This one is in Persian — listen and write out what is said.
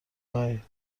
خوایی